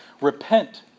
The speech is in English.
Repent